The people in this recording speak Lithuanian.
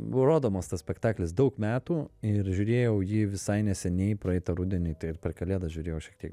rodomas tas spektaklis daug metų ir žiūrėjau jį visai neseniai praeitą rudenį tai ir per kalėdas žiūrėjau šiek tiek